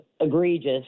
egregious